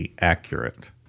accurate